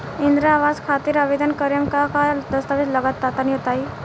इंद्रा आवास खातिर आवेदन करेम का का दास्तावेज लगा तऽ तनि बता?